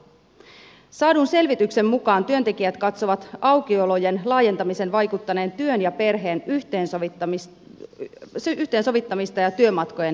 saadun selvityksen mukaan työntekijät katsovat aukiolojen laajentamisen vaikeuttaneen työn ja perheen yhteensovittamista ja työmatkojen järjestämistä